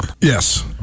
Yes